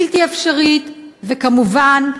בלתי אפשרית וכמובן שקרנית.